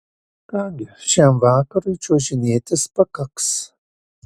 ką gi šiam vakarui čiuožinėtis pakaks